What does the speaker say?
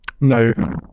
No